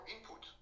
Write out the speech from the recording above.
input